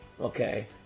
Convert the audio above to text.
Okay